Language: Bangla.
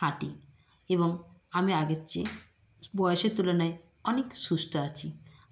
হাঁটি এবং আমি আগের চেয়ে বয়সের তুলনায় অনেক সুস্থ আছি